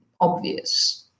obvious